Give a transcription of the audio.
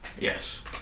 Yes